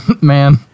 man